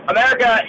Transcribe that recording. America